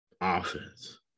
offense